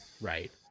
right